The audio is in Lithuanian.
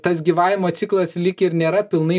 tas gyvavimo ciklas lyg ir nėra pilnai